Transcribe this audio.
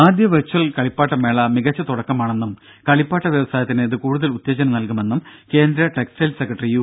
ആദ്യ വെർച്വൽ കളിപ്പാട്ട മേള മികച്ച തുടക്കമാണെന്നും കളിപ്പാട്ട വ്യവസായത്തിന് ഇത് കൂടുതൽ ഉത്തേജനം നൽകുമെന്നും കേന്ദ്ര ടെക്സ്റ്റൈൽസ് സെക്രട്ടറി യു